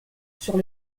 sur